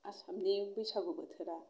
आसामनि बैसागु बोथोरा